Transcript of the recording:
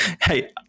Hey